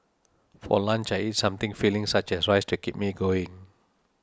for lunch I eat something filling such as rice to keep me going